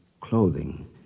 clothing